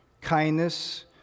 kindness